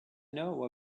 know